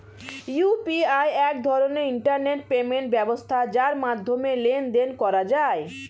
UPI এক ধরনের internet payment ব্যবস্থা যার মাধ্যমে লেনদেন করা যায়